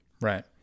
Right